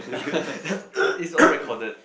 it's all recorded